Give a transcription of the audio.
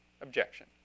objection